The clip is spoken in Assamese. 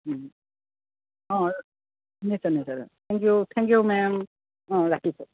অঁ নিশ্চয় নিশ্চয় thank you thank you ma'am অঁ ৰাখিছোঁ